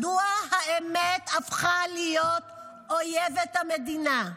מדוע האמת הפכה אויבת המדינה?